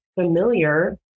familiar